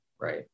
right